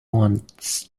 wants